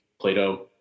Plato